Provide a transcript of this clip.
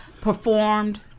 performed